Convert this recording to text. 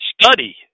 study